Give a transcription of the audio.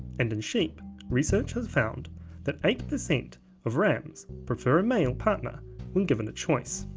and in sheep research has found that eight percent of rams prefer a male partner when given a choice.